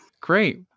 Great